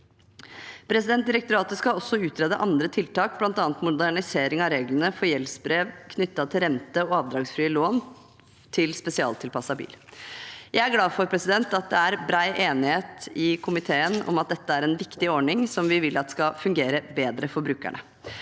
Direktoratet skal også utrede andre tiltak, bl.a. modernisering av reglene for gjeldsbrev knyttet til rente- og avdragsfrie lån til spesialtilpasset bil. Jeg er glad for at det er bred enighet i komiteen om at dette er en viktig ordning, som vi vil at skal fungere bedre for brukerne.